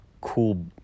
cool